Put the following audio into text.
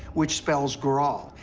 which spells gral.